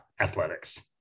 athletics